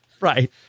Right